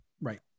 Right